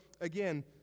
again